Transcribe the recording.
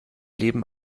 leben